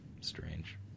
strange